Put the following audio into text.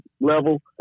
level